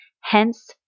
Hence